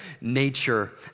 nature